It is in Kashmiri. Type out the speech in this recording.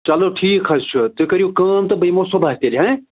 چلو ٹھیٖک حظ چھُ تُہۍ کٔرِو کٲم تہٕ بہٕ یِمو صُبحَس تیٚلہِ ہہ